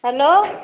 hello